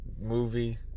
movie